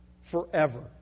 forever